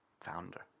founder